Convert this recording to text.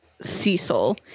cecil